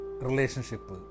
relationship